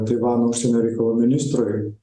taivano užsienio reikalų ministrui